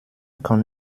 kann